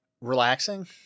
Relaxing